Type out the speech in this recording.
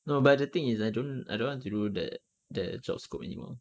no but the thing is I don't I don't want to do that the job scope anymore